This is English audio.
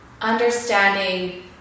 understanding